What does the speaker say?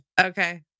okay